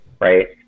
right